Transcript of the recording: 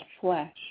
flesh